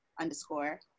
Underscore